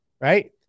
Right